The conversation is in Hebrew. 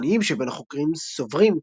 הקיצוניים שבין החוקרים סוברים,